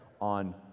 on